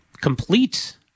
Complete